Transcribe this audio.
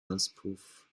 auspuff